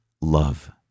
love